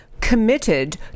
committed